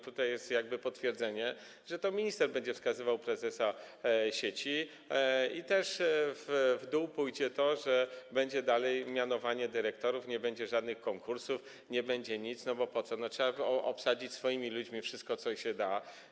Tutaj jest potwierdzenie, że to minister będzie wskazywał prezesa sieci i że pójdzie to też w dół, będzie dalej mianowanie dyrektorów, nie będzie żadnych konkursów, nie będzie nic, bo po co, trzeba obsadzić swoimi ludźmi wszystko, co się da.